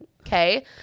okay